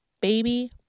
baby